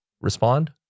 respond